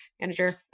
manager